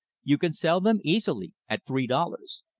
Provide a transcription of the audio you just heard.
you can sell them easily at three dollars.